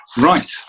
Right